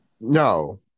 No